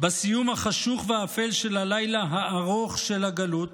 בסיום החשוך והאפל של הלילה הארוך של הגלות,